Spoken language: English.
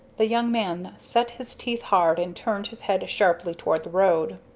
the young man set his teeth hard and turned his head sharply toward the road.